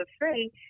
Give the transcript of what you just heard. free